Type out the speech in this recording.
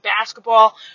basketball